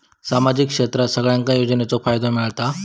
सामाजिक क्षेत्रात सगल्यांका योजनाचो फायदो मेलता?